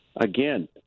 again